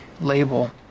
label